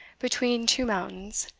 between two mountains,